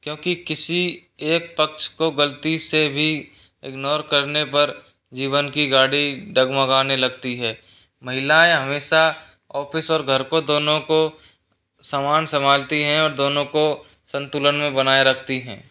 क्योंकि किसी एक पक्ष को गलती से भी इग्नोर करने पर जीवन की गाड़ी डगमगाने लगती है महिलाएं हमेशा ऑफिस और घर को दोनों को समान संभालती हैं और दोनों को संतुलन में बनाए रखती हैं